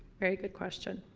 very good question.